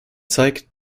zeigt